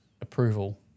approval